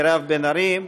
מרב בן ארי,